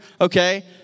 okay